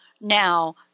now